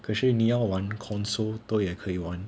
可是你要玩 console 都也可以玩